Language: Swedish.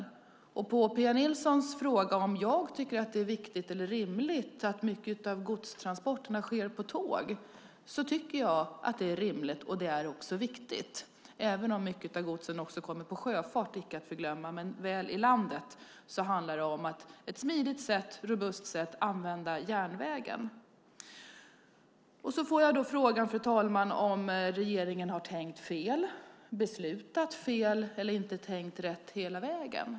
Som svar på Pia Nilssons fråga om jag tycker att det är viktigt eller rimligt att mycket av godstransporterna sker på tåg vill jag säga att jag tycker att det är rimligt och att det också är viktigt, även om mycket av godset också kommer med sjöfart, icke att förglömma. Väl i landet handlar det om ett smidigt och robust sätt när man använder järnvägen. Sedan får jag då frågan, fru talman, om regeringen har tänkt fel, beslutat fel eller inte har tänkt rätt hela vägen.